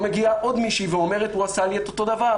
מגיעה עוד מישהי ואומרת: הוא עשה לי את אותו דבר